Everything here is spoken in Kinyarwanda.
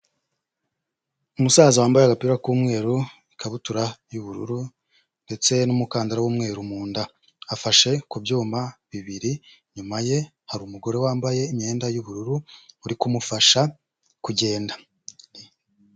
Umusaza wambaye agapira k'umweru, ikabutura y'ubururu ndetse n'umukandara w'umweru mu nda afashe ku byuma bibiri, inyuma ye hari umugore wambaye imyenda y'ubururu uri kumufasha kugenda.